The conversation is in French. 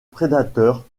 prédateurs